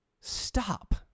Stop